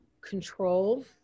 control